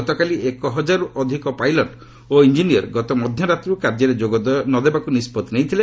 ଗତକାଲି ଏକ ହଜାରରୁ ଅଧିକା ପାଇଲଟ୍ ଓ ଇଞ୍ଜିନିୟର୍ ଗତ ମଧ୍ୟରାତ୍ରିରୁ କାର୍ଯ୍ୟରେ ଯୋଗ ନ ଦେବାକୁ ନିଷ୍ପଭି ନେଇଥିଲେ